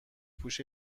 پوش